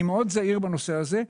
אני מאוד זהיר בנושא הזה,